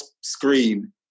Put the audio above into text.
screen